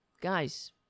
Guys